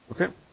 Okay